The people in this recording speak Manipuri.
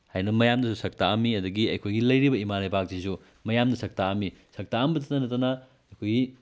ꯍꯥꯏꯅ ꯃꯌꯥꯝꯗꯁꯨ ꯁꯛ ꯇꯥꯛꯑꯝꯃꯤ ꯑꯗꯒꯤ ꯑꯩꯈꯣꯏꯒꯤ ꯂꯩꯔꯤꯕ ꯏꯃꯥ ꯂꯩꯕꯥꯛꯁꯤꯁꯨ ꯃꯌꯥꯝꯗ ꯁꯛ ꯇꯥꯛꯑꯃꯃꯤ ꯁꯛ ꯇꯥꯛꯑꯝꯕꯗꯇ ꯅꯠꯇꯅ ꯑꯩꯈꯣꯏꯒꯤ